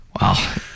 Wow